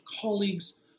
colleagues